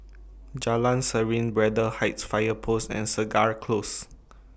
Jalan Serene Braddell Heights Fire Post and Segar Close